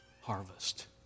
harvest